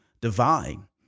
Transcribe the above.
divine